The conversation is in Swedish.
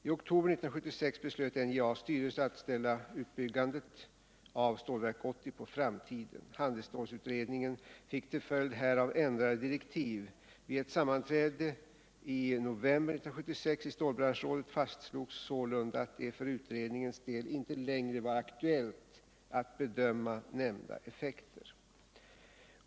I oktober 1976 beslöt NJA:s styrelse att ställa utbyggandet av Stålverk 80 på framtiden. Handelsstålsutredningen fick till följd härav ändrade direktiv. Vid ett sammanträde i november 1976 i stålbranschrådet fastslogs sålunda att det för utredningens del inte längre var aktuellt att bedöma nämnda effekter.